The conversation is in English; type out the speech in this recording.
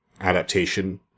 adaptation